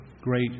great